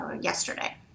yesterday